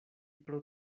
pro